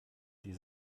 die